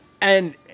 And-